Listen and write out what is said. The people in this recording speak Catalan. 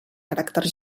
caràcter